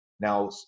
Now